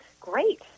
Great